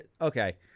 okay